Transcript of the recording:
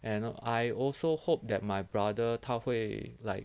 and I also hope that my brother 他会 like